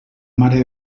mare